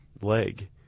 leg